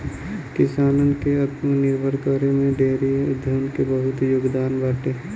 किसानन के आत्मनिर्भर करे में डेयरी उद्योग के बहुते योगदान बाटे